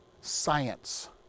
science